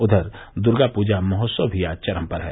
उधर दुर्गा पूजा महोत्सव भी आज चरम पर है